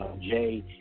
jay